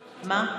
הצבעה.